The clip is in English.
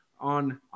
on